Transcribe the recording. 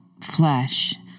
flesh